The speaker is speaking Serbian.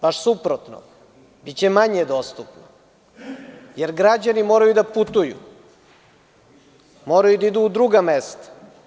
Baš suprotno, biće manje dostupno, jer građani moraju da putuju, moraju da idu u druga mesta.